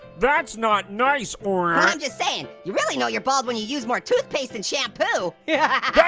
that's not nice, orange. i'm just saying, you really know you're bald when you use more toothpaste than shampoo. yeah